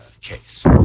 case